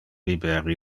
biber